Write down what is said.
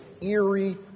eerie